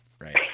right